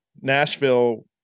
Nashville